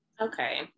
Okay